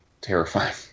terrifying